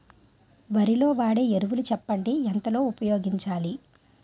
వరిలో వాడే ఎరువులు చెప్పండి? ఎంత లో ఉపయోగించాలీ?